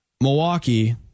Milwaukee